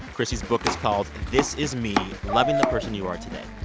chrissy's book is called this is me loving the person you are today.